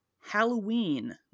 Halloween